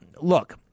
Look